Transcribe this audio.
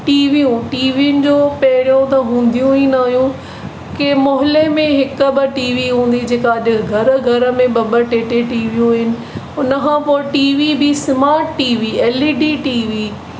टीवियूं टीवीयुनि जो पहिंरियो त हूंदियूं ई न हुइयूं कंहिं मोहले में हिकु ॿ टीवी हूंदी हुइ जेका अॼु घर घर में ॿ ॿ टे टे टीवीयूं आहिनि उनखां पोइ टीवी बि स्मार्ट टीवी एलईडी टीवी